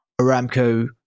Aramco